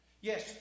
Yes